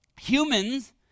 Humans